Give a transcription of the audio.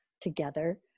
together